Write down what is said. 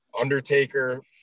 Undertaker